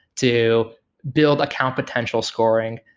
to build account potential scoring.